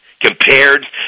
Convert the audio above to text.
compared